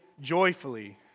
joyfully